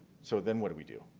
so then what do we do?